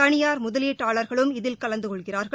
தனியார் முதலீட்டாளர்களும் இதில் கலந்து கொள்கிறார்கள்